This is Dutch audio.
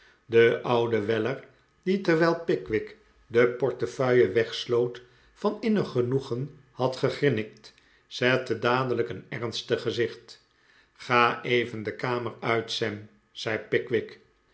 de oude weller die terwijl pickwick de portefeuille wegsloot van innig genoegen had gegrinnikt zette dadelijk een ernstig gezicht ga even de kamer uit sam zei pickwick